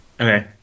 Okay